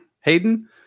Hayden